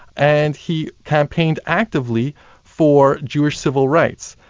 and he campaigned actively for jewish civil rights.